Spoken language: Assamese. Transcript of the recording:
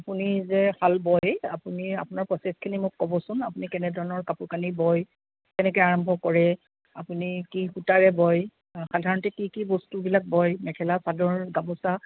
আপুনি যে শাল বয় আপুনি আপোনাৰ প্ৰচেছখিনি মোক ক'বচোন আপুনি কেনেধৰণৰ কাপোৰ কানি বয় কেনেকৈ আৰম্ভ কৰে আপুনি কি সূতাৰে বয় সাধাৰণতে কি কি বস্তুবিলাক বয় মেখেলা চাদৰ গামোচা